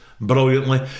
brilliantly